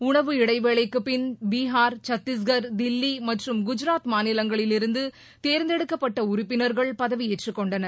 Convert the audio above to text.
உணவு இடைவேளைக்குப் பின் பீகார் சத்தீஷ்கர் தில்லி மற்றும் தஜராத் மாநிலங்களில் இருந்து தேர்ந்தெடுக்கப்பட்ட உறுப்பினர்கள் பதவியேற்றுக் கொண்டனர்